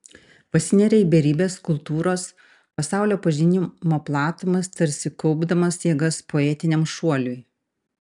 pasineria į beribes kultūros pasaulio pažinimo platumas tarsi kaupdamas jėgas poetiniam šuoliui